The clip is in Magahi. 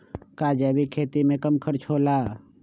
का जैविक खेती में कम खर्च होला?